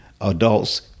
adults